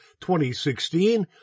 2016